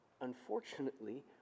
Unfortunately